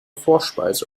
vorspeise